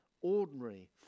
ordinary